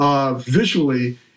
visually